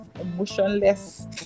emotionless